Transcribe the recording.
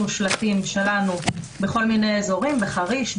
שלטים שלנו בכל מיני אזורים בחריש,